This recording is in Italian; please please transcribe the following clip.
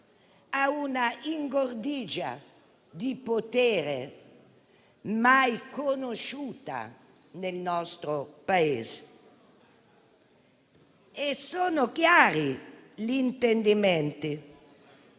a una ingordigia di potere mai conosciuta nel nostro Paese. Sono chiari anche gli intendimenti